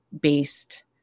based